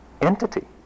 entity